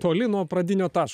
toli nuo pradinio taško